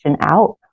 out